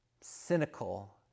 cynical